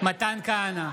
מתן כהנא,